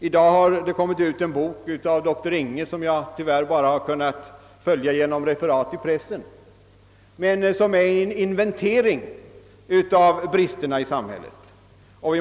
I dag har utkommit en bok av doktor Inghe som jag tyvärr bara kunnat följa genom referat i pressen. Denna bok inventerar bristerna i samhället.